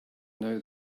now